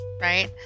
right